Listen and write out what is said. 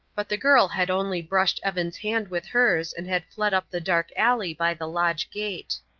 but the girl had only brushed evan's hand with hers and had fled up the dark alley by the lodge gate.